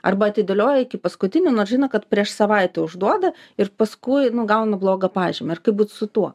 arba atidėlioja iki paskutinio nors žino kad prieš savaitę užduoda ir paskui gauna blogą pažymį ir kaip būt su tuo